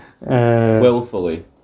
Willfully